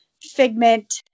figment